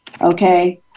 Okay